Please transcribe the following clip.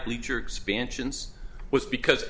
peacher expansions was because